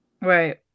right